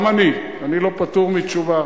גם אני, אני לא פטור מתשובה,